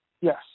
Yes